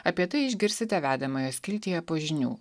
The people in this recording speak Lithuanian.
apie tai išgirsite vedamojo skiltyje po žinių